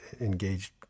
engaged